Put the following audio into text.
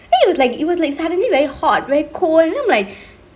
then it was like it was like suddenly very hot very cold then I'm like